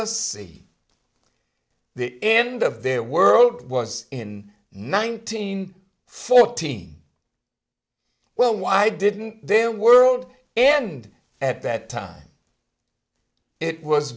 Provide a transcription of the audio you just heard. us see the end of their world was in nineteen fourteen well why didn't they world end at that time it was